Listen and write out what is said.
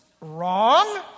Wrong